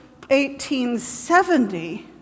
1870